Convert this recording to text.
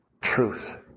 truth